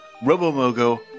Robomogo